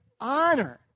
honor